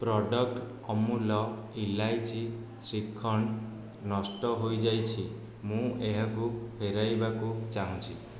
product Amul ଇଲାଇଚି ଶ୍ରୀଖଣ୍ଡ ନଷ୍ଟ ହୋଇଯାଇଛି ମୁଁ ଏହାକୁ ଫେରାଇବାକୁ ଚାହୁଁଛି